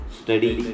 study